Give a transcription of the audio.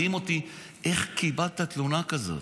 מדהים אותי איך קיבלת תלונה כזאת.